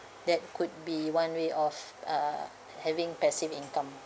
that could be one way of uh having passive income